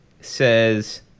says